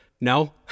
No